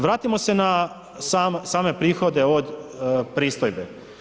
Vratimo se na same prihode od pristojbe.